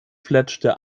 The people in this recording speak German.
fletschte